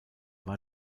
war